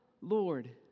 Lord